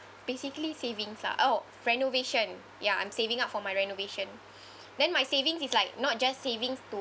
basically savings lah oh renovation ya I'm saving up for my renovation then my savings is like not just savings to